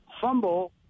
fumble